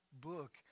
book